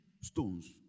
stones